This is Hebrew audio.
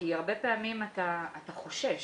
הרבה פעמים אתה חושש.